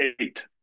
eight